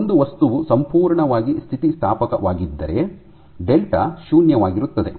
ಒಂದು ವಸ್ತುವು ಸಂಪೂರ್ಣವಾಗಿ ಸ್ಥಿತಿಸ್ಥಾಪಕವಾಗಿದ್ದರೆ ಡೆಲ್ಟಾ ಶೂನ್ಯವಾಗಿರುತ್ತದೆ